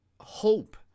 hope